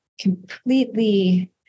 completely